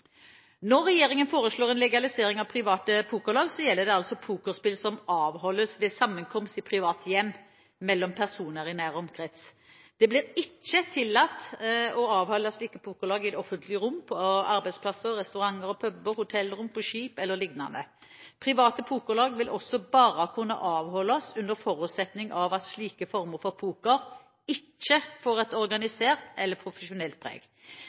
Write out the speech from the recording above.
Når regjeringen foreslår en legalisering av private pokerlag, gjelder det altså pokerspill som avholdes ved sammenkomst i private hjem, mellom personer i nær omkrets. Det blir ikke tillatt å avholde slike pokerlag i det offentlige rom, på arbeidsplasser, restauranter og puber, hotellrom, på skip eller lignende. Private pokerlag vil også bare kunne avholdes under forutsetning av at slike former for poker ikke får et organisert eller profesjonelt